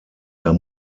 der